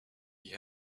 you